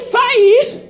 faith